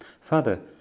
Father